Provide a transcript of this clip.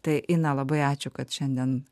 tai ina labai ačiū kad šiandien